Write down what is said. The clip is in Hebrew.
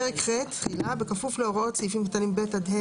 פרק ח' תחילה 33. (א)בכפוף להוראות סעיפים קטנים (ב) עד (ד),